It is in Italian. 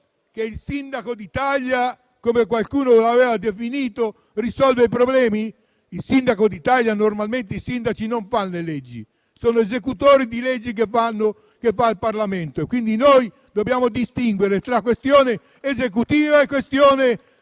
che il sindaco d'Italia, come qualcuno lo aveva definito, risolva i problemi? Normalmente i sindaci non fanno le leggi, ma sono esecutori di leggi che fa il Parlamento, quindi dobbiamo distinguere tra questione esecutiva e questione